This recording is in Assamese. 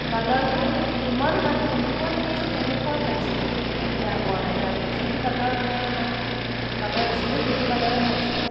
কালাৰটো ইমান মানে যেনেকুৱা দেখাইছে তেনেকুৱাই পাইছোঁ মই একো বেয়া পোৱা নাই তাত যিটো কালাৰ মানে ইমান কালাৰ আছিলে সেইটো কালাৰেই পাইছিলোঁ